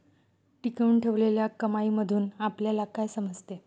टिकवून ठेवलेल्या कमाईमधून आपल्याला काय समजते?